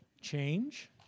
Change